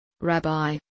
Rabbi